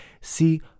see